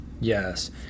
Yes